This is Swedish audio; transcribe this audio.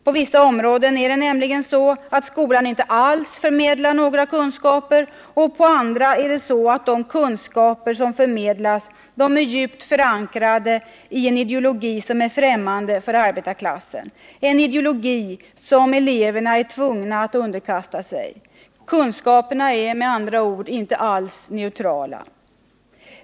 På vissa områden är det nämligen så att skolan alls inte förmedlar några kunskaper, och på andra är det så att de kunskaper som förmedlas är djupt förankrade i en ideologi som är främmande för arbetarklassen — en ideologi som eleverna är tvungna att underkasta sig. Kunskaperna är med andra ord inte alls neutrala.